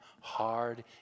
hard